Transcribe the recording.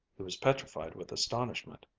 he was petrified with astonishment.